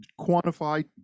quantify